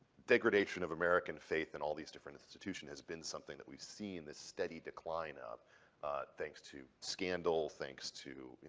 degradation of american faith and all of these different institutions has been something that we've seen this steady decline of thanks to scandal, thanks to